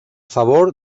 favor